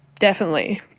definitely,